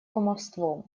кумовством